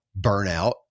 burnout